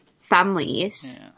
families